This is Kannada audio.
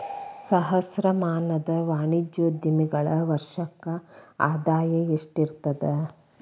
ಸಹಸ್ರಮಾನದ ವಾಣಿಜ್ಯೋದ್ಯಮಿಗಳ ವರ್ಷಕ್ಕ ಆದಾಯ ಎಷ್ಟಿರತದ